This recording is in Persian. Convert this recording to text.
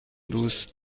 دوست